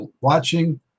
watching